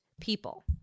people